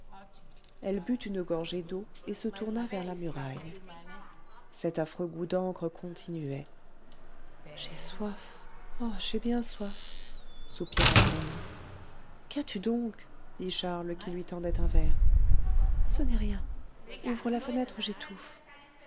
elle but une gorgée d'eau et se tourna vers la muraille cet affreux goût d'encre continuait j'ai soif oh j'ai bien soif soupira t elle qu'as-tu donc dit charles qui lui tendait un verre ce n'est rien ouvre la fenêtre j'étouffe